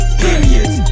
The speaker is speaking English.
period